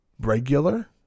regular